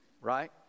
Right